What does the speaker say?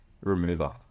remover